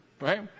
right